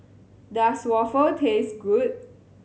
does waffle taste good